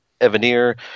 Evanier